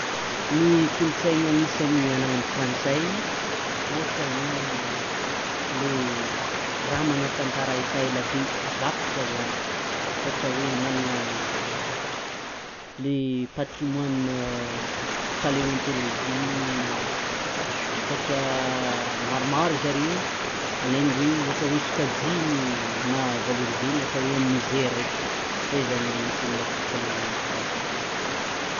Ny kolontsainy agnisan'ny anagnan'ny frantsay ohatra hoe le raha mantantara efa elabe vakoka zany manana le patrimoine paleontolojia ohatra maromaro zareo alaindreoohatra hoe sokajiany na valôrizeny phatra hoe amy muze araiky, zay zany mba kolontsainy ananan'ny frantsay.